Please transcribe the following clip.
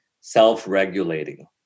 self-regulating